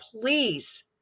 please